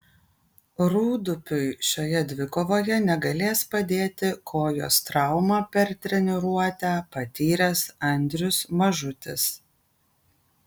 rūdupiui šioje dvikovoje negalės padėti kojos traumą per treniruotę patyręs andrius mažutis